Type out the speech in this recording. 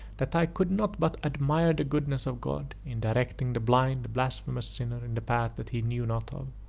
that i could not but admire the goodness of god, in directing the blind, blasphemous sinner in the path that he knew not of,